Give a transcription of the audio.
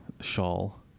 Shawl